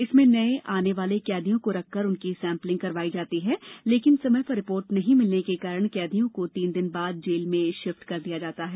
इसमें नए आने वाले कैदियों को रखकर उनकी सेम्पलिंग करवाई जाती है लेकिन समय पर रिपोर्ट नहीं मिलने के कारण कैदियों को तीन दिन बाद जेल में शिफ्ट कर दिया जाता है